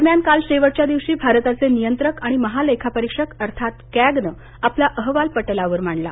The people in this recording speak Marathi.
दरम्यान काल शेवटच्या दिवशी भारताचे नियंत्रक आणि महालेखापरीक्षक अर्थात कॅगनं आपला अहवाल पटलावर मांडला